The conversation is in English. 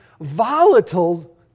volatile